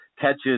catches